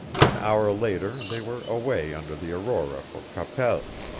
an hour later they were away under the aurora for qu'apelle.